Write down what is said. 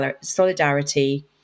solidarity